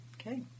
Okay